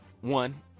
one